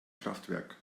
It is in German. kraftwerk